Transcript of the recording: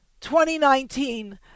2019